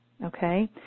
Okay